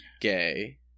gay